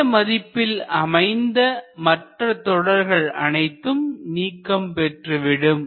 சிறிய மதிப்பில் அமைந்த மற்ற தொடர்கள் அனைத்தும் நீக்கம் பெற்றுவிடும்